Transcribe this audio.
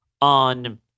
on